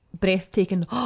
breathtaking